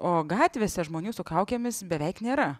o gatvėse žmonių su kaukėmis beveik nėra